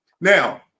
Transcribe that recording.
Now